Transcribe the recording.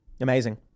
Amazing